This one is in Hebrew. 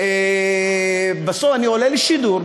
בסוף אני עולה לשידור,